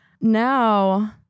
now